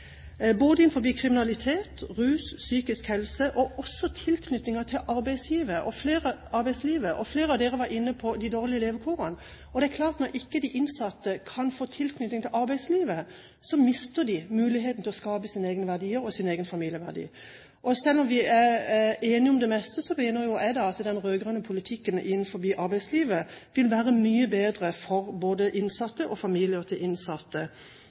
kriminalitet, rus, psykisk helse, og også tilknytningen til arbeidslivet, og flere var inne på de dårlige levekårene. Det er klart at når de innsatte har lav tilknytning til arbeidslivet, mister de muligheten til å skape sine egne verdier og verdier for sin familie. Selv om vi er enige om det meste, mener jeg at den rød-grønne politikken innenfor arbeidslivet vil være mye bedre for både innsatte og familien til innsatte